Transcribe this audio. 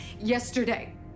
yesterday